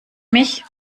mich